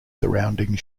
surrounding